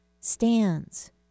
stands